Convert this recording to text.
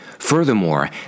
Furthermore